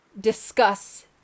discuss